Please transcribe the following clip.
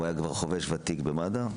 והוא היה כבר חובש ותיק במד"א.